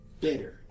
bitter